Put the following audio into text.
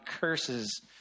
curses